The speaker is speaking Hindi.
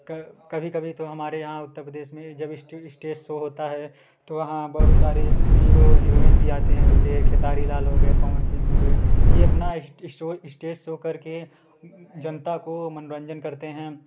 क कभी कभी तो हमारे यहाँ उत्तर प्रदेश जब स्टेज शो होता है तो वहाँ बहुत सारे हीरो हीरोइन भी आते हैं जैसे खेसारीलाल हो गए पवन सिंह हो गए ये अपना स्टूल स्टेज शो कर के जनता को मनोरंजन करते हैं